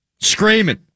screaming